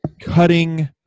cutting